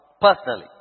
Personally